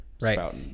right